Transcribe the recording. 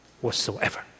whatsoever